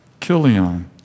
Kilion